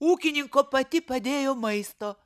ūkininko pati padėjo maisto